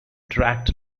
tracked